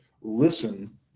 listen